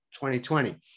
2020